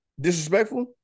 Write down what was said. Disrespectful